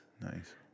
Nice